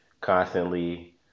constantly